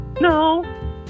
no